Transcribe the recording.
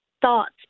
thoughts